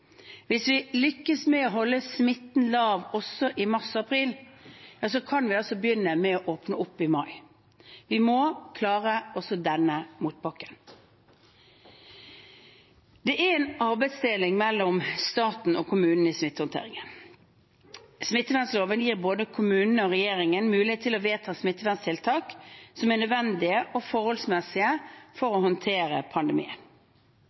Hvis vi lykkes med å holde smitten lav også i mars og april, kan vi begynne å åpne opp i mai. Vi må klare også denne motbakken. Det er en arbeidsdeling mellom staten og kommunene i smittehåndteringen. Smittevernloven gir både kommunene og regjeringen myndighet til å vedta smitteverntiltak som er nødvendige og forholdsmessige for å håndtere pandemien.